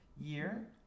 year